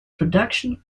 production